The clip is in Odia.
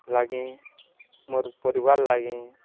ଲାଗି ମୋର୍ ପରିବାର୍ ଲାଗି